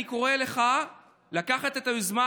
אני קורא לך לקחת את היוזמה,